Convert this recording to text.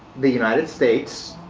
the united states,